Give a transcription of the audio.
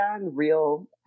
real